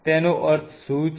તેનો અર્થ શું છે